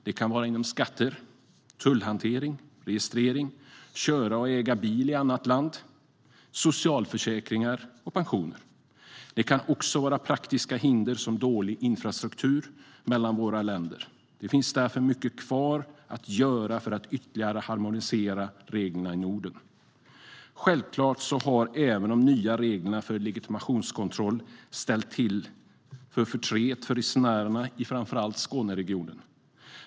Det kan gälla skatter, tullhantering, registrering av och att köra och äga bil i annat land, socialförsäkringar och pensioner. Det kan också vara praktiska hinder som dålig infrastruktur mellan våra länder. Det finns därför mycket kvar att göra för att ytterligare harmonisera reglerna i Norden. Självklart har även de nya reglerna för legitimationskontroll ställt till förtret för resenärerna i framför allt Skåneregionen.